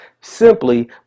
simply